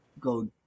go